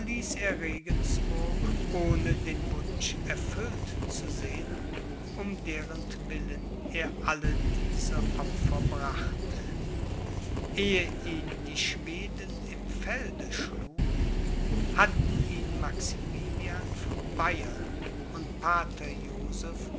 regensburg ohne den wunsch erfüllt zu sehen um derentwillen er alle diese opfer brachte ehe ihn die schweden im felde schlugen hatten ihn maximilian von bayern und